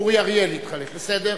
אורי אריאל התחלף, בסדר.